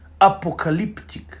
apocalyptic